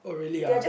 oh really ah